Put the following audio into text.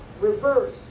Reverse